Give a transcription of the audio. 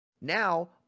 now